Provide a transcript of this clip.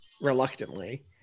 reluctantly